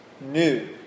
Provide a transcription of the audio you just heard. new